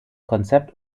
konzept